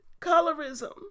colorism